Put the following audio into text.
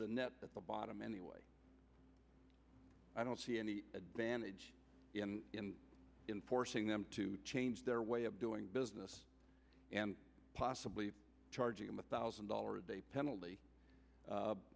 the net at the bottom anyway i don't see any advantage in forcing them to change their way of doing business and possibly charging them a thousand dollar a day penalty